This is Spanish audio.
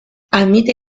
admite